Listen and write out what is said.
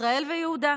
ישראל ויהודה.